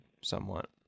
somewhat